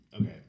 Okay